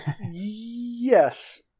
Yes